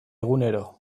egunero